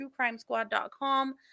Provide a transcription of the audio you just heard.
TrueCrimeSquad.com